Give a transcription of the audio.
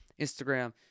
Instagram